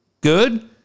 good